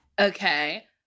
okay